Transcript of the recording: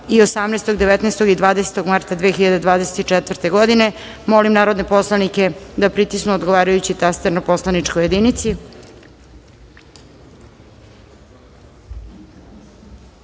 i 18, 19. i 20. marta 2024. godine. Molim narodne poslanike da pritisnu odgovarajući taster na poslaničkoj